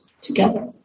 together